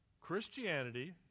Christianity